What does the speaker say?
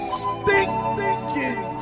stinking